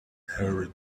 hurried